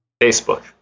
Facebook